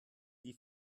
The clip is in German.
die